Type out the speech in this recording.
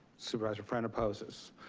supervisor friend opposes.